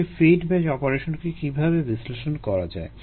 একটি feed batch অপারেশনকে কীভাবে বিশ্লেষণ করা যায়